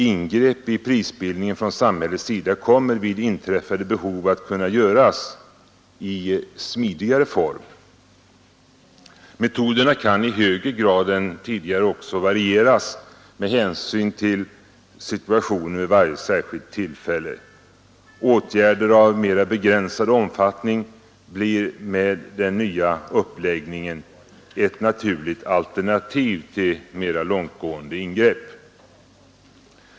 Ingrepp i prisbildningen från samhällets sida kommer vid inträffade behov att kunna göras i smidigare form. Metoderna kan i högre grad än tidigare också varieras med hänsyn till situationen vid varje särskilt tillfälle. Åtgärder av mera begränsad omfattning blir med den nya uppläggningen ett naturligt alternativ till mera långtgående ingrepp.